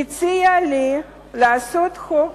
הציעה לי לעשות חוק